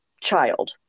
child